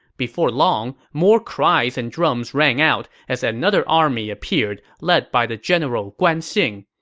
before long, more cries and drums rang out, as another army appeared, led by the general guan xing.